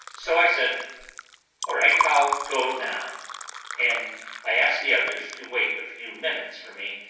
so i said all right i'll go now and i asked the others to wait a few minutes for me,